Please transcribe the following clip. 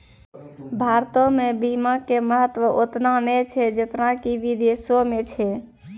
भारतो मे बीमा के महत्व ओतना नै छै जेतना कि विदेशो मे छै